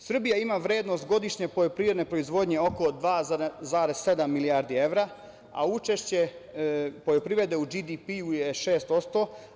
Srbija ima vrednost godišnje poljoprivredne proizvodnje oko 2,7 milijardi evra, a učešće poljoprivrede u BDP je 6%